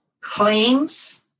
claims